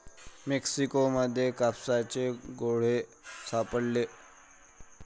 Mexico मध्ये कापसाचे गोळे सापडले